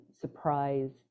surprised